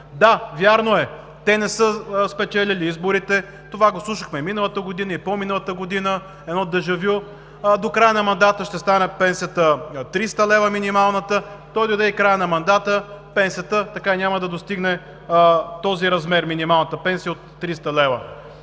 Да, вярно е, те не са спечелили изборите, това го слушахме миналата година, и по-миналата година, едно дежа вю: до края на мандата минималната пенсията ще стане 300 лв. То дойде и краят на мандата, пенсията така и няма да достигне този размер – минимална пенсия от 300 лв.